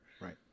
Right